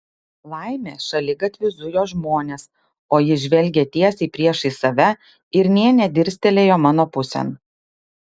laimė šaligatviu zujo žmonės o jis žvelgė tiesiai priešais save ir nė nedirstelėjo mano pusėn